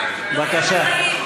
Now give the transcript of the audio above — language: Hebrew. כשאת היית באופוזיציה לא היה,